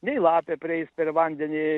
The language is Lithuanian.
nei lapė prieis per vandenį